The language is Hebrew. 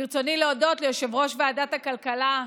ברצוני להודות ליושב-ראש ועדת הכלכלה,